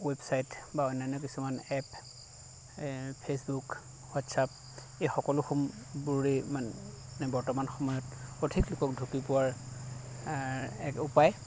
website বা অন্যান্য কিছুমান এপ ফেচবুক হোৱাটচএপ এই সকলোবোৰেই মানে বৰ্তমান সময়ত অধিক লোকক ঢুকি পোৱাৰ এক উপায়